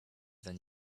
than